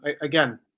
again